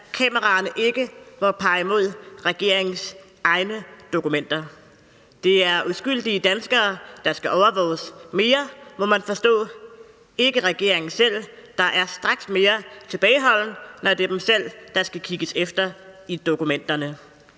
kameraerne ikke må pege imod regeringens egne dokumenter. Det er uskyldige danskere, der skal overvåges mere, må man forstå, men ikke regeringen selv, der straks er mere tilbageholden, når det er dem selv, der skal kigges efter i dokumenterne.